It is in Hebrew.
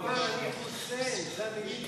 הוא לא מתבייש בשם שלו.